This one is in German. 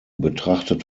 betrachtet